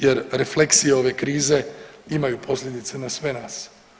Jer refleksije ove krize imaju posljedice na sve nas.